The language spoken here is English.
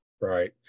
right